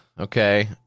Okay